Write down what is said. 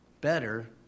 better